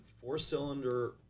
four-cylinder